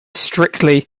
strictly